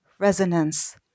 resonance